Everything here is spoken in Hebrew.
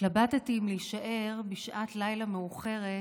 התלבטתי אם להישאר בשעת לילה מאוחרת